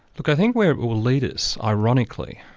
look i think where it will will lead us, ironically,